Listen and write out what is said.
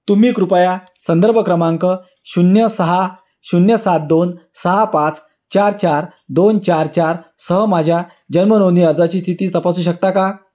तुम्ही कृपया संदर्भ क्रमांक शून्य सहा शून्य सात दोन सहा पाच चार चार दोन चार चार सह माझ्या जन्म नोंदणी अर्जाची स्थिती तपासू शकता का